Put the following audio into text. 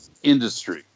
industry